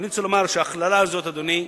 אדוני,